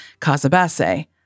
Casabasse